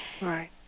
Right